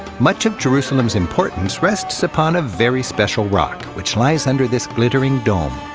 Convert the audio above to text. much of jerusalem's importance rests upon a very special rock, which lies under this glittering dome.